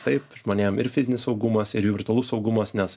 taip žmonėm ir fizinis saugumas ir jų virtualus saugumas nes